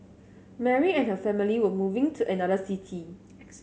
Mary and her family were moving to another city